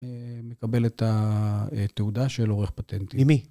מקבל את התעודה של עורך פטנט. - עם מי?